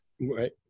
Right